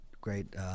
great